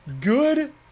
good